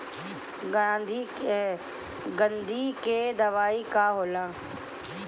गंधी के दवाई का होला?